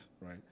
right